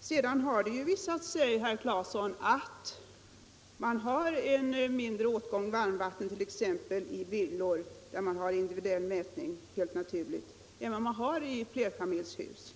Sedan har det ju visat sig, herr Claeson, att man har mindre åtgång av varmvatten i exempelvis villor där man har individuell mätning — helt naturligt — än i flerfamiljshus.